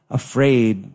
afraid